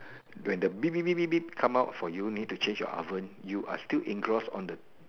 when the beep beep beep come out for you need to change your oven you are still engrossed on the